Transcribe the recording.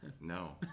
No